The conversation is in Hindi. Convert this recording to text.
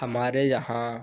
हमारे यहाँ